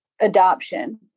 adoption